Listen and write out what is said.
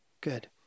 Good